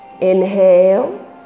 inhale